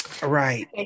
Right